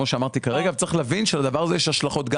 צריך להבין שלדבר הזה יש השלכות,